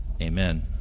amen